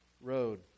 Road